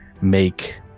make